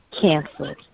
canceled